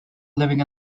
living